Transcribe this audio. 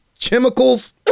Chemicals